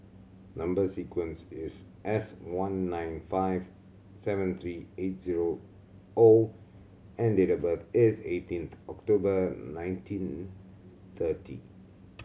number sequence is S one nine five seven three eight zero O and date of birth is eighteenth October nineteen thirty